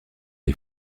les